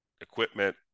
equipment